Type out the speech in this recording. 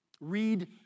Read